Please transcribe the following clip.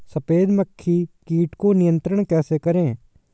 सफेद मक्खी कीट को नियंत्रण कैसे करें?